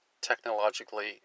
technologically